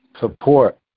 support